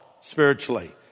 spiritually